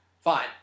Fine